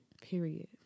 Period